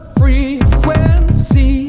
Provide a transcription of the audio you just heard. frequency